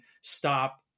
stop